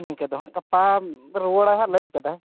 ᱱᱤᱝᱠᱟᱹᱫᱚ ᱦᱟᱜ ᱜᱟᱯᱟ ᱨᱩᱣᱟᱹᱲᱟᱭᱼᱦᱟᱜ ᱞᱟᱹᱭ ᱟᱠᱟᱫᱟᱭ